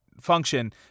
function